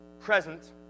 present